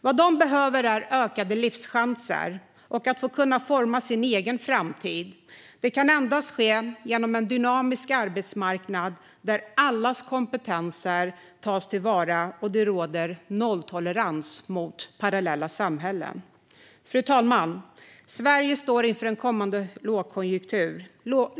Vad de behöver är ökade livschanser och att få kunna forma sin egen framtid. Detta kan endast ske genom en dynamisk arbetsmarknad där allas kompetenser tas till vara och det råder nolltolerans mot parallella samhällen. Fru talman! Sverige står inför en kommande lågkonjunktur.